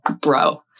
bro